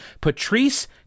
Patrice